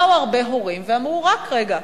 באו הרבה הורים ואמרו: רק רגע,